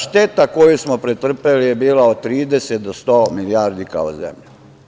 Šteta koju smo pretrpeli je bila od 30 do 100 milijardi kao zemlja.